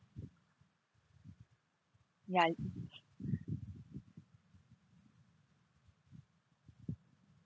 ya